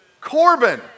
Corbin